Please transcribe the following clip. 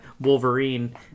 Wolverine